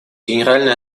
генеральная